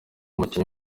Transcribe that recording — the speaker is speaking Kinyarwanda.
w’umupira